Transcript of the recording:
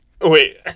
Wait